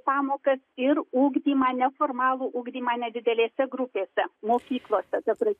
pamokas ir ugdymą neformalų ugdymą nedidelėse grupėse mokyklose ta prasme